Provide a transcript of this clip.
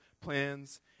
plans